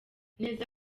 neza